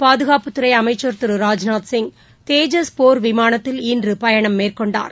பாதுகாப்புத்துறை அமைச்சர் திரு ராஜ்நாத் சிங் தேஜஸ் போர் விமானத்தில் இன்று பயணம் மேற்கொண்டார்